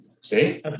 see